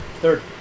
Third